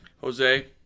Jose